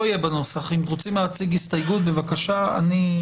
לא בטוחה שיש לזה הצדקה אמיתית,